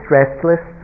restless